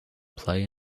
play